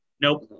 Nope